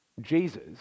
Jesus